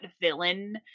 villain